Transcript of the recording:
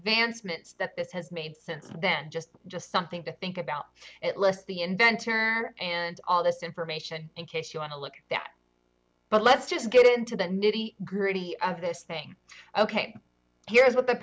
advancements that this has made since then just just something to think about it lists the inventor and all this information in case you want to look there but let's just get into the nitty gritty of this thing ok here's what the